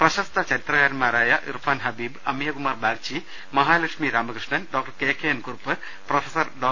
പ്രശസ്ത ചരിത്രകാരന്മാരായ Irfan Habib Amiya Kumar Bagchi Mahalakshmi Ramakrishnan Dr K K N Kurup professor ഡോ